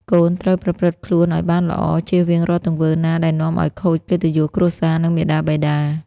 កូនត្រូវប្រព្រឹត្តខ្លួនឲ្យបានល្អ ចៀសវាងរាល់ទង្វើណាដែលនាំឲ្យខូចកិត្តិយសគ្រួសារ និងមាតាបិតា។